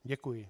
Děkuji.